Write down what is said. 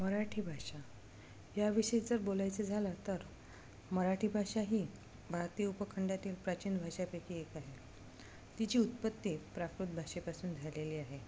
मराठी भाषा याविषयी जर बोलायचं झालं तर मराठी भाषा ही भारतीय उपखंडातील प्राचीन भाषापैकी एक आहे तिची उत्पत्ती प्राकृत भाषेपासून झालेली आहे